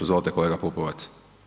Izvolite kolega Pupovac.